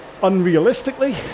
unrealistically